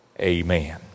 amen